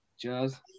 Jazz